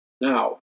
Now